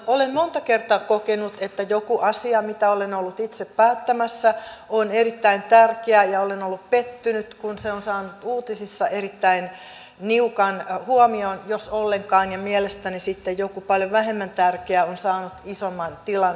olen monta kertaa kokenut että joku asia mitä olen ollut itse päättämässä on erittäin tärkeä ja olen ollut pettynyt kun se on saanut uutisissa erittäin niukan huomion jos ollenkaan ja mielestäni sitten joku paljon vähemmän tärkeä on saanut isomman tilan uutisissa